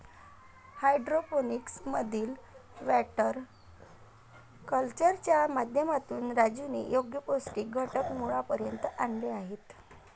hydroponics मधील water कल्चरच्या माध्यमातून राजूने योग्य पौष्टिक घटक मुळापर्यंत आणले आहेत